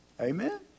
Amen